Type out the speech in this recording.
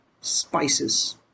spices